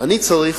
אני צריך,